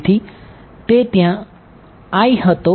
તેથી તે ત્યાં હતો